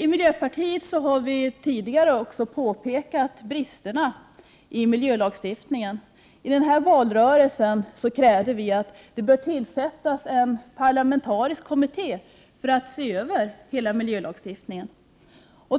I miljöpartiet har vi tidigare påpekat bristerna i miljölagstiftningen. I valrörelsen krävde vi att det tillsätts en parlamentarisk kommitté för att se över hela miljölagstiftningen.